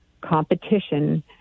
competition